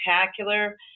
spectacular